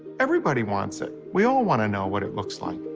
everybody wants it. we all want to know what it looks like.